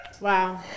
Wow